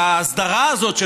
בהסדרה הזאת,